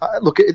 look